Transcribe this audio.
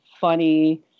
funny